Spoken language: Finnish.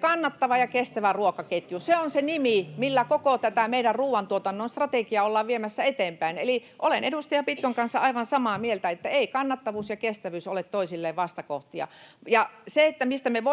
kannattava ja kestävä ruokaketju. Se on se nimi, millä koko tätä meidän ruuantuotannon strategiaa ollaan viemässä eteenpäin. Eli olen edustaja Pitkon kanssa aivan samaa mieltä, että eivät kannattavuus ja kestävyys ole toisilleen vastakohtia. Ja se, mistä me voimme